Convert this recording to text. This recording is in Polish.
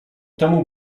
temu